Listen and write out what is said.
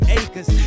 acres